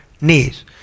knees